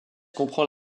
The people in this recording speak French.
comprend